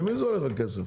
למי זה הולך, הכסף?